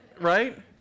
right